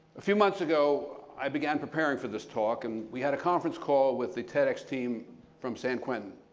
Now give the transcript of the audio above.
a few months ago, i began preparing for this talk, and we had a conference call with the tedx team from san quentin.